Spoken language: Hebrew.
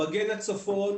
"מגן הצפון"